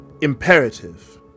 imperative